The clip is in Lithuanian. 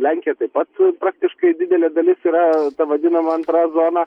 lenkija taip pat praktiškai didelė dalis yra vadinama antra zona